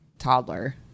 toddler